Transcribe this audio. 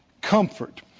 Comfort